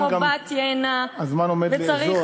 חברת הכנסת מירב בן ארי, את רוצה?